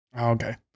okay